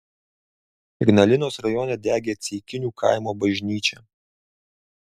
ignalinos rajone degė ceikinių kaimo bažnyčia